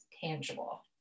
tangible